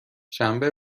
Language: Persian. شنبه